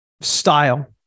style